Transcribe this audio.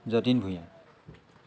Jatin Bhuyan